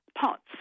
pots